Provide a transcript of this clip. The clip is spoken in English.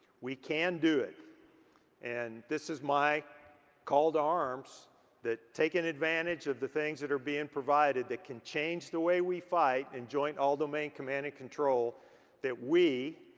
we can do and this is my call to arms that taking advantage of the things that are being provided that can change the way we fight in joint all-domain command and control that we,